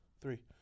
Three